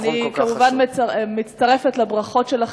אי-אפשר מצד אחד למלא חובות,